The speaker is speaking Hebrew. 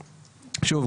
שוב,